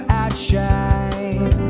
outshine